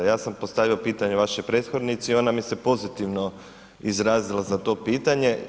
Ja sam postavio pitanje vašoj prethodnici, ona mi se pozitivno izrazila za to pitanje.